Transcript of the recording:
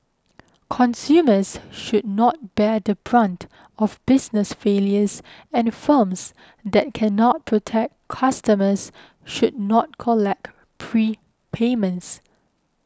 consumers should not bear the brunt of business failures and firms that cannot protect customers should not collect prepayments